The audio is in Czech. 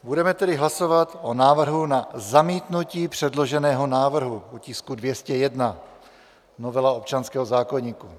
Budeme tedy hlasovat o návrhu na zamítnutí předloženého návrhu u tisku 201 novela občanského zákoníku.